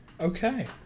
Okay